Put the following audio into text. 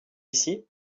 ici